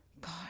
God